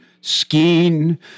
skiing